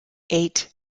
eight